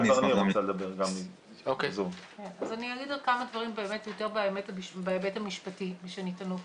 כמה דברים בהיבט המשפטי שנטענו פה.